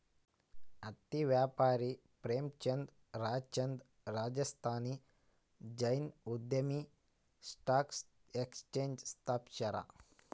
ಹತ್ತಿ ವ್ಯಾಪಾರಿ ಪ್ರೇಮಚಂದ್ ರಾಯ್ಚಂದ್ ರಾಜಸ್ಥಾನಿ ಜೈನ್ ಉದ್ಯಮಿ ಸ್ಟಾಕ್ ಎಕ್ಸ್ಚೇಂಜ್ ಸ್ಥಾಪಿಸ್ಯಾರ